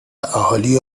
اهالی